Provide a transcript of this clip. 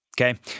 okay